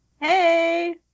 hey